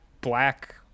black